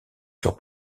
sur